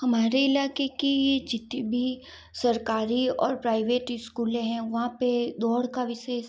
हमारे इलाके की ये जितनी भी सरकारी और प्राइवेट स्कूलें हैं वहाँ पे दौड़ का विशेष